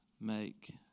make